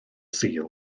sul